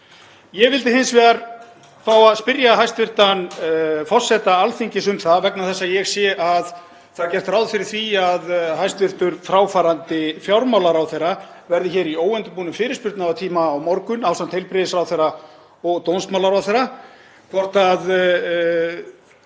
Ég vildi hins vegar fá að spyrja hæstv. forseta Alþingis um það, vegna þess að ég sé að það er gert ráð fyrir því að hæstv. fráfarandi fjármálaráðherra verði hér í óundirbúnum fyrirspurnatíma á morgun ásamt heilbrigðisráðherra og dómsmálaráðherra, hvort það